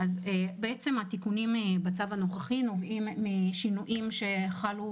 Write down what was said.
התיקונים בצו הנוכחי נובעים משינויים שחלו